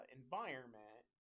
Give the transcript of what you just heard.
environment